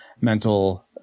mental